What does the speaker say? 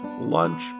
lunch